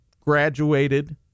graduated